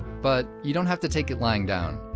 but you don't have to take it lying down.